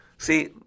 See